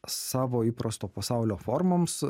savo įprasto pasaulio formoms